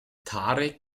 tarek